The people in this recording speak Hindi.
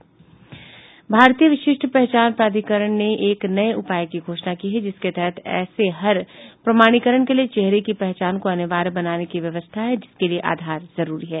भारतीय विशिष्ट पहचान प्राधिकरण ने एक नए उपाय की घोषणा की है जिसके तहत ऐसे हर प्रमाणीकरण के लिए चेहरे की पहचान को अनिवार्य बनाने की व्यवस्था है जिसके लिए आधार जरूरी है